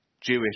Jewish